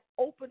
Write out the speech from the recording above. open